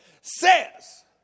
says